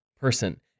person